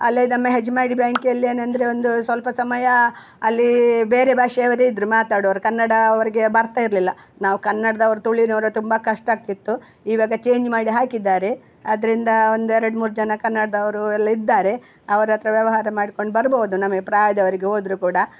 ಅಲ್ಲೆ ನಮ್ಮ ಹೆಜ್ಮಾಡಿ ಬ್ಯಾಂಕನಲ್ಲಿ ಏನೆಂದ್ರೆ ಒಂದು ಸ್ವಲ್ಪ ಸಮಯ ಅಲ್ಲಿ ಬೇರೆ ಭಾಷೆಯವರೇ ಇದ್ದರೆ ಮಾತಾಡೋರು ಕನ್ನಡ ಅವರಿಗೆ ಬರ್ತಾ ಇರಲಿಲ್ಲ ನಾವು ಕನ್ನಡ್ದವ್ರು ತುಳುವಿನವರು ತುಂಬ ಕಷ್ಟ ಆಗ್ತಿತ್ತು ಇವಾಗ ಚೇಂಜ್ ಮಾಡಿ ಹಾಕಿದ್ದಾರೆ ಅದ್ರಿಂದ ಒಂದೆರಡು ಮೂರು ಜನ ಕನ್ನಡ್ದವ್ರು ಎಲ್ಲ ಇದ್ದಾರೆ ಅವರತ್ರ ವ್ಯವಹಾರ ಮಾಡ್ಕೊಂಡು ಬರ್ಬೋದು ನಮಗೆ ಪ್ರಾಯದವರಿಗೆ ಹೋದರು ಕೂಡ